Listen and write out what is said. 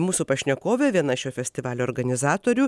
mūsų pašnekovė viena šio festivalio organizatorių